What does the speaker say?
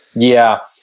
yeah.